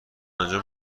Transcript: انجام